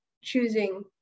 choosing